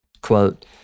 quote